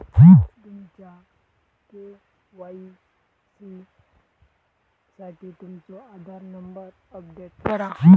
तुमच्या के.वाई.सी साठी तुमचो आधार नंबर अपडेट करा